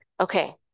Okay